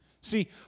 See